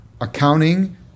accounting